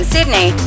Sydney